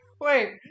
Wait